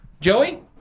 Joey